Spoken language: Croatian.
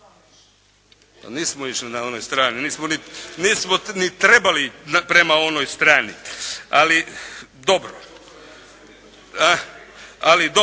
Nismo išli na onu stranu, nismo ni trebali prema onoj strani. Ali dobro,